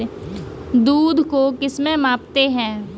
दूध को किस से मापते हैं?